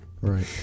Right